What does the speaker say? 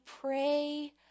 pray